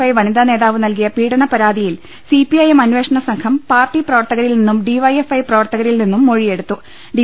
I വനിത നേതാവ് നൽകിയ പീഡന പരാതിയിൽ സിപി ഐ എം അന്വേഷണ സംഘം പാർട്ടി പ്രവർത്തകരിൽ നിന്നും ഡിവൈഎഫ്ഐ പ്രവർത്തകരിൽ നിന്നും ഡി